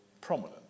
prominent